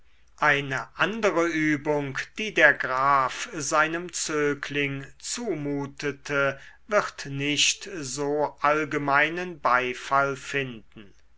eine andere übung die der graf seinem zögling zumutete wird nicht so allgemeinen beifall finden